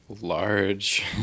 large